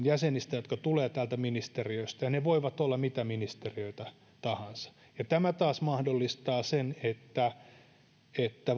jäsenistä jotka tulevat sieltä ministeriöstä ja ne voivat olla mitä ministeriöitä tahansa ja tämä taas mahdollistaa sen että että